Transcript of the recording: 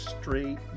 straight